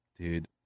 Dude